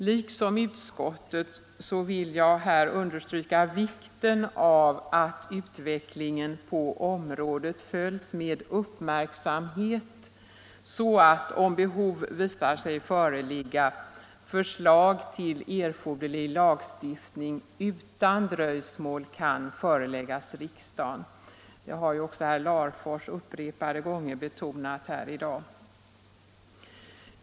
Liksom utskottet vill jag här understryka vikten av att utvecklingen på området följs med uppmärksamhet så att, om behov därav visar sig föreligga, förslag till erforderlig lagstiftning utan dröjsmål kan föreläggas riksdagen. Det har ju också herr Larfors upprepade gånger betonat här i dag.